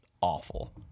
awful